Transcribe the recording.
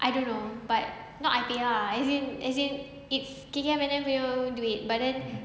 I don't know but not I pay ah as in it's K_K_M_N punya duit but then